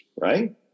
right